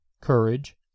courage